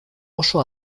oso